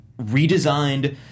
redesigned